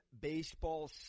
baseball